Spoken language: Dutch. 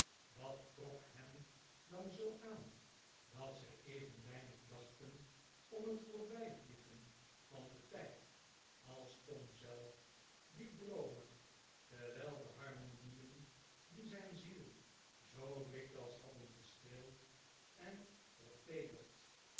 wat trok hen dan zoo aan dat zij even weinig dachten om het voorbijvliegen van den tijd als tom zelf die droomer terwijl de harmonieen die zijn ziel zoo dikwijls hadden gestreeld en verteederd